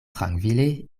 trankvile